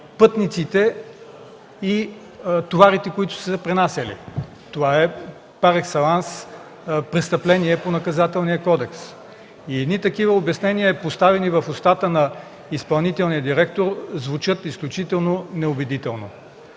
са били товарите, които са пренасяни. Това е пар екселанс престъпление по Наказателния кодекс и едни такива обяснения, поставени в устата на изпълнителния директор, звучат изключително неубедително.